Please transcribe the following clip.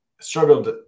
struggled